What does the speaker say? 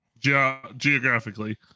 geographically